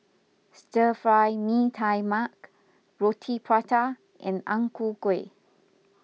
Stir Fry Mee Tai Mak Roti Prata and Ang Ku Kueh